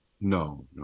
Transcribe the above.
No